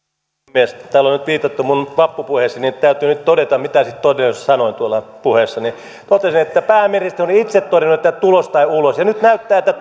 puhemies täällä on nyt viitattu minun vappupuheeseeni täytyy nyt todeta mitä sitten todellisuudessa sanoin tuolla puheessani totesin että pääministeri on itse todennut että tulos tai ulos ja nyt näyttää että